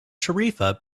tarifa